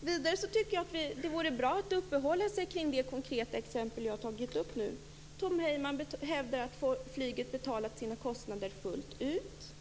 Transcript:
Vidare tycker jag att det vore bra att uppehålla sig kring det konkreta exempel som jag har tagit upp. Tom Heyman hävdar att flyget har betalat sina kostnader fullt ut.